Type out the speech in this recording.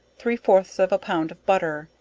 three fourths of a pound of butter,